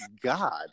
god